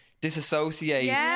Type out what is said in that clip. disassociate